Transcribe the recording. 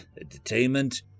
entertainment